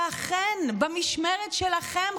שאכן במשמרת שלכם,